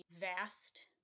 vast